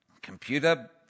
computer